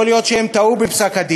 יכול להיות שהם טעו בפסק-הדין.